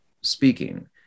speaking